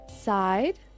side